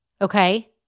okay